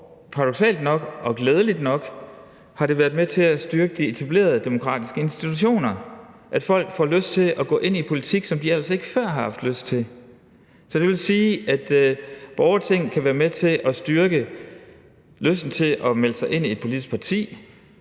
og paradoksalt nok og glædeligt nok har det været med til at styrke de etablerede demokratiske institutioner, så folk får lyst til at gå ind i politik, hvad de ellers ikke før har haft lyst til. Det vil sige, at et borgerting kan være med til at styrke lysten til at melde sig ind i et politisk parti